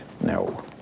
No